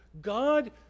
God